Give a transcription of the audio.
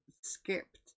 skipped